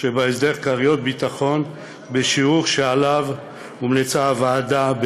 שבהסדר כריות ביטחון בשיעור שעליו המליצה הוועדה,